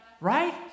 right